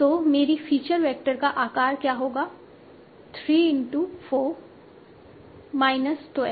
तो मेरी feature vector का आकार क्या होगा 3 इनटू 4 12